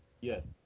Yes